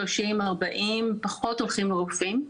שנות ה-30 ושנות ה-40 פחות הולכים לרופאים,